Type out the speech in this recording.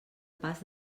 pas